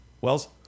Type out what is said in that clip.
wells